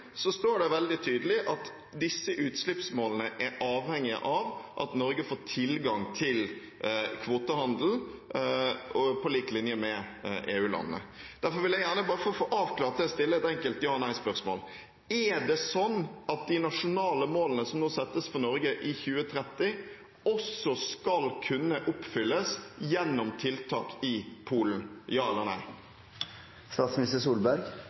står det veldig tydelig at disse utslippsmålene er avhengige av at Norge får tilgang til kvotehandel, «på lik linje med EU-landene». Derfor vil jeg gjerne, for bare å få det avklart, stille et enkelt ja/nei-spørsmål. Er det slik at de nasjonale målene som settes for Norge i 2030, også skal kunne oppfylles gjennom tiltak i Polen – ja eller nei?